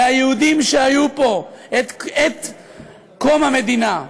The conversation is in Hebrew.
הרי היהודים שהיו פה עת קום המדינה,